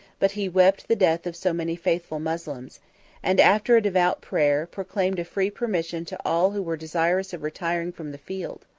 but he wept the death of so many faithful moslems and, after a devout prayer, proclaimed a free permission to all who were desirous of retiring from the field.